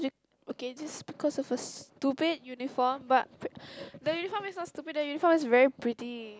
okay just because of a stupid uniform but the uniform is not stupid the uniform is very pretty